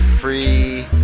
free